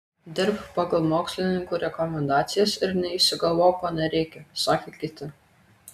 dirbk pagal mokslininkų rekomendacijas ir neišsigalvok ko nereikia sakė kiti